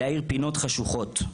להאיר פינות חשוכות,